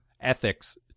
ethics